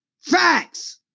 Facts